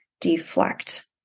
deflect